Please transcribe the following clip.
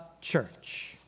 church